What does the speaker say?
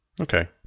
Okay